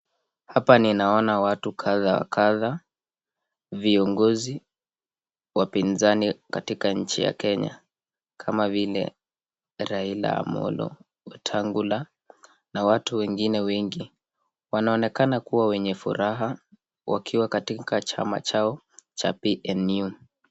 Hapa ninaona watu kadha wa kadha viongozi wapinzani katika inchi ya Kenya kama vile Raila Amolo, Wetangula na watu wengine wengi. Wanaonekana kuwa wenye furaha wakiwa katika chama chao cha PNU.